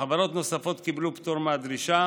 וחברות נוספות קיבלו פטור מהדרישה,